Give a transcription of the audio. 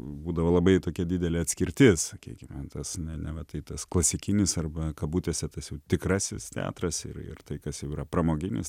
būdavo labai tokia didelė atskirtis sakykime tas ne neva tai tas klasikinis arba kabutėse tas jau tikrasis teatras ir ir tai kas yra pramoginis